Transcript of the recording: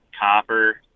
copper